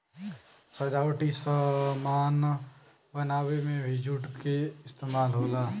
सजावटी सामान बनावे में भी जूट क इस्तेमाल होला